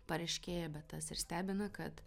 paryškėja bet tas ir stebina kad